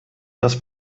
das